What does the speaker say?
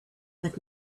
but